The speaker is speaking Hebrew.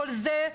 כל זה,